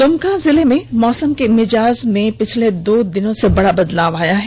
द्मका जिले में मौसम के मिजाज में पिछले दो दिनों से बड़ा बदलाव आया है